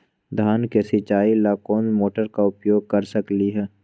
धान के सिचाई ला कोंन मोटर के उपयोग कर सकली ह?